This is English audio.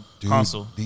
console